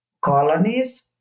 colonies